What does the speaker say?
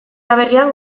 aberrian